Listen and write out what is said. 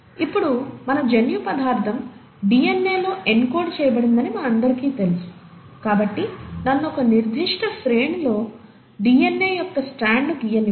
ఇప్పుడు మన జన్యు పదార్ధం డిఎన్ఏ లో ఎన్కోడ్ చేయబడిందని మనందరికీ తెలుసు కాబట్టి నన్ను ఒక నిర్దిష్ట శ్రేణితో డిఎన్ఏ యొక్క స్ట్రాండ్ను గీయనివ్వండి